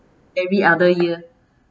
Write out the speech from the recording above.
every other year